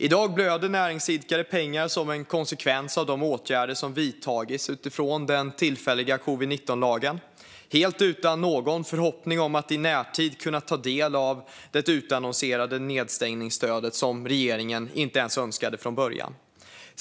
I dag blöder näringsidkare pengar som en konsekvens av de åtgärder som har vidtagits utifrån den tillfälliga covid-19-lagen, och de är helt utan någon förhoppning om att i närtid kunna ta del av det utannonserade nedstängningsstödet som regeringen inte ens önskade från början.